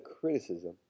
criticism